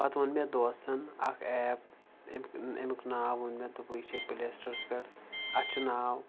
پَتہٕ ووٚن مےٚ دوستَن اَکھ ایپ اَمیُک اَمیُک ناو ووٚن مےٚ دوٚپُن یہِ چھے پٕلے سٕٹورَس پٮ۪ٹھ اَتھ چھُ ناو